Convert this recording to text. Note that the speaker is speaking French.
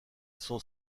son